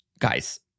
Guys